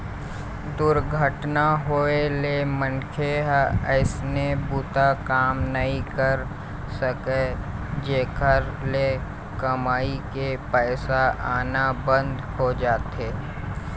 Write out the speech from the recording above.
दुरघटना होए ले मनखे ह अइसने बूता काम नइ कर सकय, जेखर ले कमई के पइसा आना बंद हो जाथे